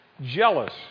jealous